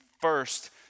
first